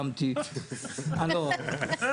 מתי נבחרת לכנסת?